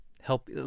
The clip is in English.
help